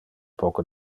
poco